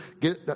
get